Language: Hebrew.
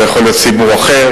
זה יכול להיות ציבור אחר,